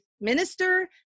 minister